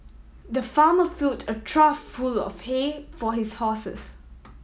the farmer filled a trough full of hay for his horses